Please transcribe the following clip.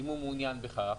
אם הוא מעוניין בכך,